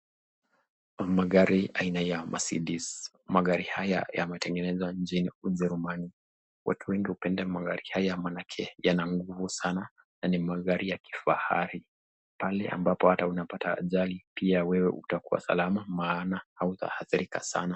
Magari aina ya Mercedez magari haya yametengenezwa nchini huko Ujerumani, watu wengi hupenda magari haya maanake yana nguvu sana na ni magari ya kifahari, pale ambapo hata unapata ajali pia wewe utakuwa salama maana hautaathirika sana.